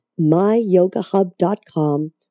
myyogahub.com